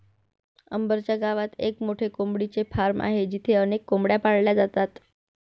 अंबर च्या गावात एक मोठे कोंबडीचे फार्म आहे जिथे अनेक कोंबड्या पाळल्या जातात